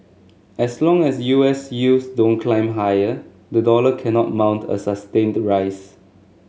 as long as U S yields don't climb higher the dollar cannot mount a sustained rise